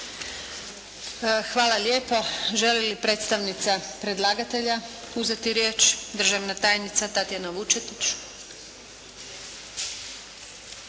Hvala lijepa. Želi li predstavnica predlagatelja uzeti riječ? Državna tajnica Tatjana Vučetić.